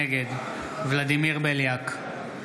נגד ולדימיר בליאק,